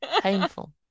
painful